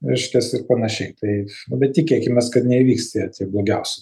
reiškias ir panašiai tai nu bet tikėkimės kad nevyks tie tie blogiausi